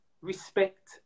respect